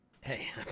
Hey